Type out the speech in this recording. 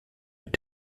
mit